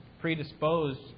predisposed